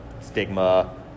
stigma